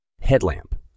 Headlamp